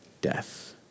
death